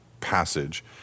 passage